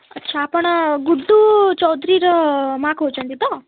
ଆଚ୍ଛା ଆପଣ ଗୁଡ଼ୁ ଚୌଦୁରୀର ମାଆ କହୁଛନ୍ତି ତ